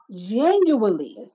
genuinely